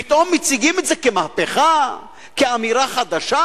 פתאום מציגים את זה כמהפכה, כאמירה חדשה?